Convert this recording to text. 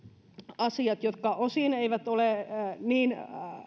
asiat jotka osin eivät ole niin